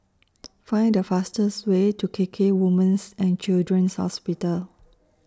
Find The fastest Way to K K Women's and Children's Hospital